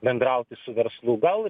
bendrauti su verslu gal